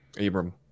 Abram